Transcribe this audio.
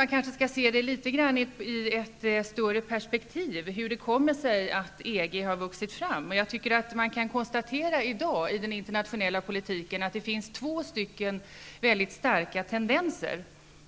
Man kanske skall se det litet grand i ett större perspektiv, hur det kommer sig att EG har vuxit fram. Jag tycker att man kan konstatera i dag i den internationella politiken att det finns två stycken väldigt starka tendenser